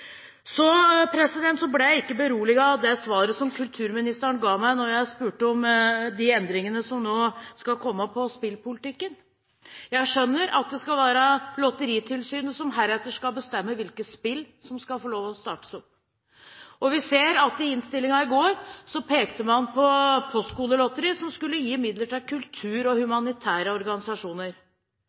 Så ble jeg ikke beroliget av det svaret som kulturministeren ga meg da jeg spurte om de endringene som nå skal komme i spillpolitikken. Jeg skjønner at det skal være Lotteritilsynet som heretter skal bestemme hvilke spill som skal få lov til å startes opp. Vi ser at i innstillingen i går pekte man på Postkodelotteriet, som skulle gi midler til kultur og humanitære organisasjoner.